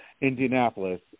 Indianapolis